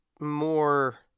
more